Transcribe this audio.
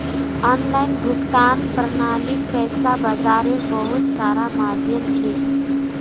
online भुगतान प्रणालीक पैसा बाजारेर बहुत सारा माध्यम छेक